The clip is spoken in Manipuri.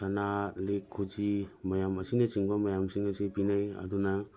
ꯁꯅꯥ ꯂꯤꯛ ꯈꯨꯖꯤ ꯃꯌꯥꯝ ꯑꯁꯤꯅ ꯆꯤꯡꯕ ꯃꯌꯥꯝꯁꯤꯅ ꯁꯤ ꯄꯤꯅꯩ ꯑꯗꯨꯅ